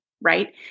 right